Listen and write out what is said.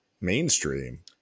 mainstream